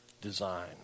design